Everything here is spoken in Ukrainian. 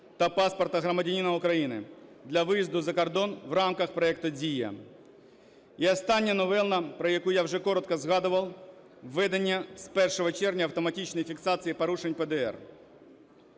та паспорта громадянина України для виїзду за кордон в рамках проекту "Дія". І остання новина, про яку я вже коротко згадував, введення з 1 червня автоматичної фіксації порушень ПДР.